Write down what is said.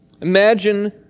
Imagine